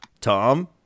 Tom